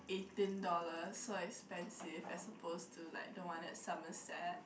eighteen dollars so expensive as opposed to like the one at Somerset